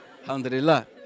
Alhamdulillah